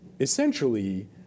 Essentially